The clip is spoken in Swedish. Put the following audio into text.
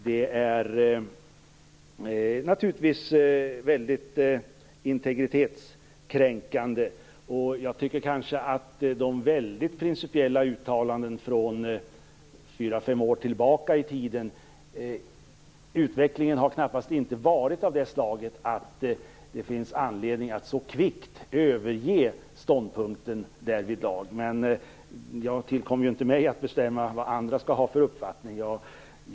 Det är naturligtvis väldigt integritetskränkande, och jag tycker kanske, när det gäller de väldigt principiella uttalandena från fyra fem år tillbaka i tiden, att utvecklingen knappast har varit av det slaget att det finns anledning att så kvickt överge ståndpunkten därvidlag. Men det tillkommer ju inte mig att bestämma vad andra skall ha för uppfattning.